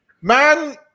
Man